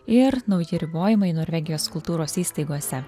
ir nauji ribojimai norvegijos kultūros įstaigose